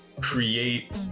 create